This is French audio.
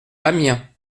amiens